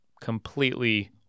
completely